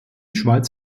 schweiz